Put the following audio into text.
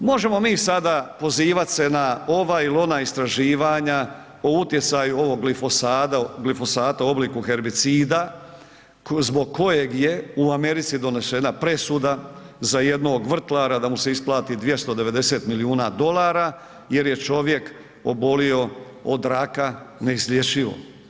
Možemo mi sada pozivat se na ova ili ona istraživanja o utjecaju ovog glifosata u obliku herbicida zbog kojeg je u Americi donešene presuda za jednog vrtlara da mu se isplati 290 milijuna dolara, jer je čovjek obolio od raka neizlječivo.